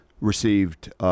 received